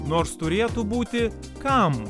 nors turėtų būti kam